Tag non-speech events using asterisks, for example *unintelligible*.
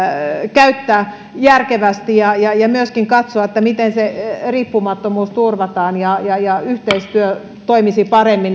käyttää järkevästi ja ja myöskin katsoa miten riippumattomuus turvataan ja ja yhteistyö toimisi paremmin *unintelligible*